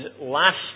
last